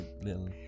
little